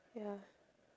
ya